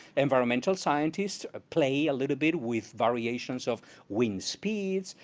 environmental scientists ah play a little bit with variations of wind speeds,